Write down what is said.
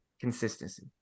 consistency